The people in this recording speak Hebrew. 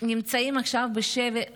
נמצאים עכשיו בשבי חמאס,